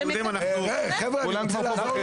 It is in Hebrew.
תודה רבה, הישיבה נעולה.